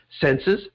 Senses